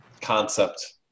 concept